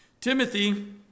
Timothy